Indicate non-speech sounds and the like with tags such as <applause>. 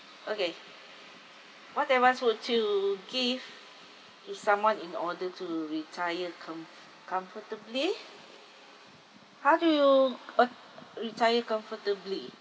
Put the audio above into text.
okay what everyone so to give to someone in order to retire com~ comfortably how do you <noise> retire comfortably